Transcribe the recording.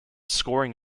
scoring